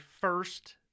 first